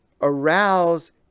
arouse